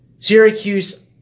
Syracuse